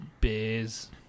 bears